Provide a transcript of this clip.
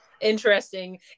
interesting